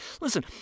listen